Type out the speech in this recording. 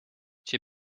cię